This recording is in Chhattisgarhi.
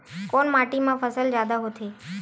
कोन माटी मा फसल जादा होथे?